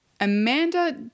Amanda